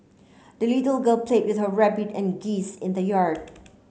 the little girl played with her rabbit and geese in the yard